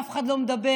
ואף אחד לא מדבר.